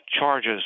charges